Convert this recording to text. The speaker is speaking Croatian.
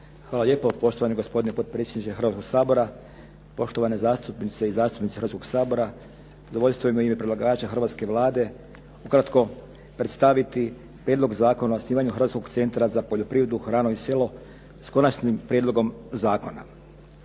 Hvala lijepo poštovani gospodine potpredsjedniče Hrvatskog sabora, poštovane zastupnice i zastupnici Hrvatskog sabora. Zadovoljstvo mi je u ime predlagača hrvatske Vlade ukratko predstaviti Prijedlog Zakona o osnivanju Hrvatskog centra za poljoprivredu, hranu i selo s Konačnim prijedlogom zakona.